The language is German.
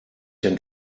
den